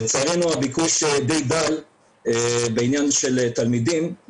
לצערנו הביקוש די דל בעניין של תלמידים,